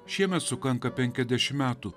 šiemet sukanka penkiasdešim metų